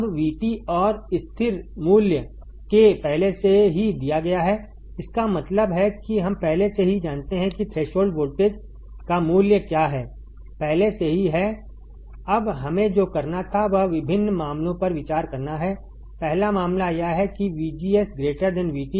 अब VT और स्थिर मूल्य k पहले से ही दिया गया है इसका मतलब है कि हम पहले से ही जानते हैं कि थ्रेशोल्ड वोल्टेज का मूल्य क्या है पहले से ही है अब हमें जो करना था वह विभिन्न मामलों पर विचार करना है पहला मामला यह है कि VGS VT